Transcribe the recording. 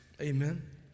Amen